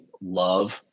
love